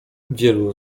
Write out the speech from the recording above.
wielu